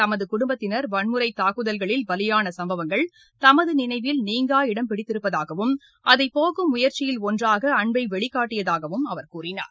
தமது குடும்பத்தினர் வன்முறை தாக்குதல்களில் பலியான சும்பவங்கள் தமது நினைவில் நீங்கா இடம் பிடித்திருப்பதாகவும் அதைப் போக்கும் முயற்சியில் ஒன்றாக அன்பை வெளிக்காட்டியதாகவும் அவர் கூறினார்